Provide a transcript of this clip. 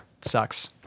Sucks